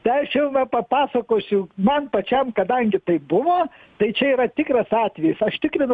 tai aš jau va papasakosiu man pačiam kadangi taip buvo tai čia yra tikras atvejis aš tikrinau